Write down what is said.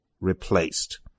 replaced